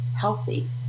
healthy